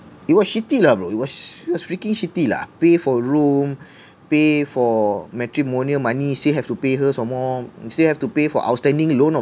it was shitty lah bro it was it was freaking shitty lah pay for a room pay for matrimonial money still have to pay her some more you still have to pay for outstanding loan